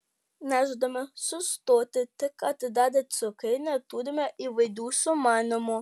nežadame sustoti tik atidarę cukrainę turime įvairių sumanymų